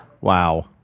Wow